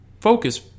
focus